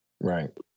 Right